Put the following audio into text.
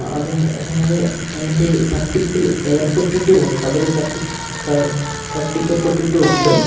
അത് അതായത് അതിൻ്റെ തട്ടിപ്പിൽ ഏർപ്പെട്ടിട്ടു ഉള്ളവർ തട്ടി തട്ടിക്കപ്പെട്ടിട്ടും ഉണ്ട്